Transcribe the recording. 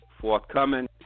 forthcoming